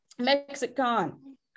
Mexican